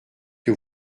que